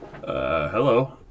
hello